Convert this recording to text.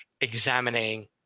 examining